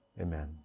Amen